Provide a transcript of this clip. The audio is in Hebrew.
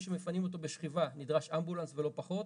שמפנים אותו בשכיבה נדרש אמבולנס ולא פחות.